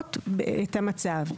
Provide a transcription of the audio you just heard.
ולראות את המצב.